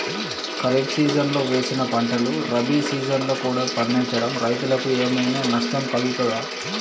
ఖరీఫ్ సీజన్లో వేసిన పంటలు రబీ సీజన్లో కూడా పండించడం రైతులకు ఏమైనా నష్టం కలుగుతదా?